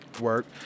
work